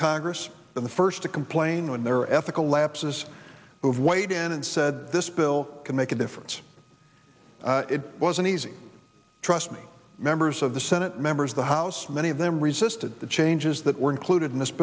congress in the first to complain when there are ethical lapses who have weighed in and said this bill can make a difference it wasn't easy trust me members of the senate members of the house many of them resisted the changes that were included in this